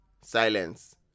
silence